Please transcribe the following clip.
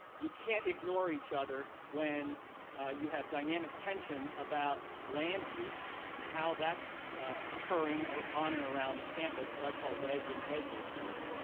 you can't ignore each other when you have dynamic tension about land use and how that's occurring on or around campus what i call wedge and edge issues,